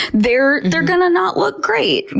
they're they're gonna not look great,